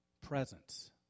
presence